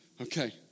Okay